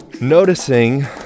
noticing